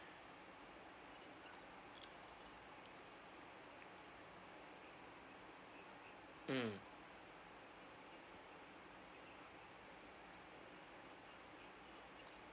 mm